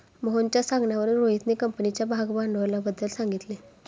मोहनच्या सांगण्यावरून रोहितने कंपनीच्या भागभांडवलाबद्दल सांगितले